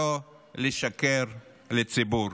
לא לשקר לציבור.